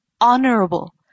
honorable